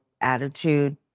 attitude